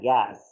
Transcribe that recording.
Yes